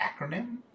acronym